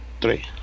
three